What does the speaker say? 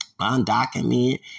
Undocumented